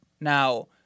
Now